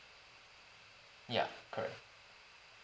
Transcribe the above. ya correct